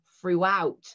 throughout